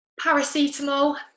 Paracetamol